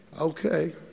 Okay